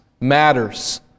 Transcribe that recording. matters